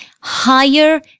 higher